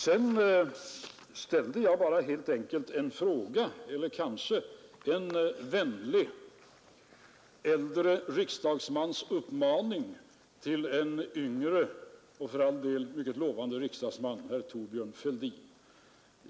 Sedan ställde jag en fråga — eller kanske jag skall säga att det var en vänlig, äldre riksdagsmans uppmaning till en yngre — och för all del mycket lovande — riksdagsman, herr Thorbjörn Fälldin.